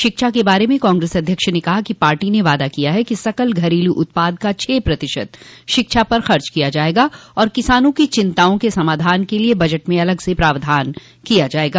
शिक्षा के बारे में कांग्रेस अध्यक्ष ने कहा कि पार्टी ने वादा किया है कि सकल घरेलू उत्पाद का छह प्रतिशत शिक्षा पर खर्च किया जाएगा और किसानों की चिंताओं के समाधान के लिए बजट में अलग से प्रावधान किया जाएगा